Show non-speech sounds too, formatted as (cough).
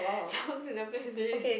(breath) songs in a playlist